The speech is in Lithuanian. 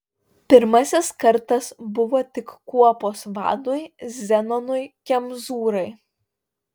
pirmasis kartas buvo tik kuopos vadui zenonui kemzūrai